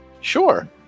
sure